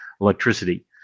electricity